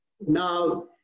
Now